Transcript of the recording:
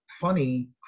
funny